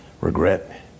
regret